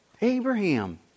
Abraham